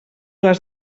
les